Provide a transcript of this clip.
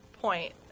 point